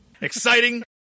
exciting